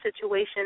situation